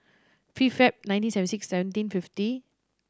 fifth Feb nineteen seventy six seventeen fifteen